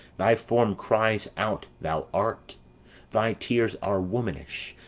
thy form cries out thou art thy tears are womanish,